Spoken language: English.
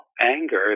anger